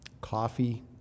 coffee